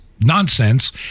nonsense